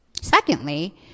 Secondly